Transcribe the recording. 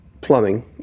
plumbing